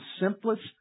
simplest